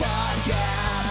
Podcast